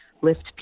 lift